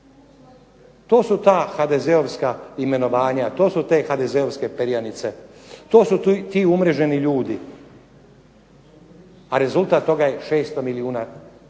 To su ta HDZ-ovska imenovanja, to su te HDZ-ovske perjanice, to su ti umreženi ljudi, a rezultat toga je 600 milijuna štete